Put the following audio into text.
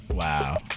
wow